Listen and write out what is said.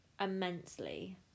immensely